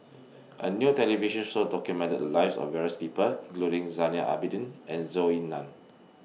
A New television Show documented The Lives of various People including Zainal Abidin and Zhou Ying NAN